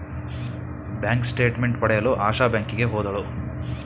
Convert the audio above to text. bank statement ಪಡೆಯಲು ಆಶಾ ಬ್ಯಾಂಕಿಗೆ ಹೋದಳು